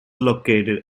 located